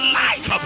life